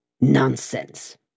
Nonsense